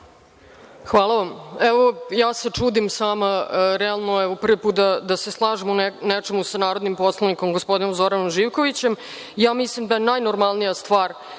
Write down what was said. Hvala vam. Čudim se sama, realno je prvi put da se slažem u nečemu sa narodnim poslanikom gospodinom Zoranom Živkovićem. Mislim da je najnormalnija stvar